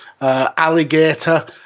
alligator